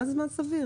מה זה זמן סביר?